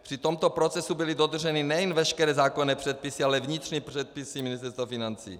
Při tomto procesu byly dodrženy nejen veškeré zákonné předpisy, ale i vnitřní předpisy Ministerstva financí.